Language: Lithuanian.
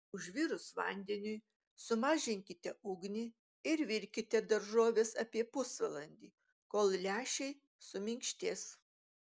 užvirus vandeniui sumažinkite ugnį ir virkite daržoves apie pusvalandį kol lęšiai suminkštės